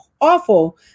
Awful